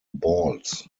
balls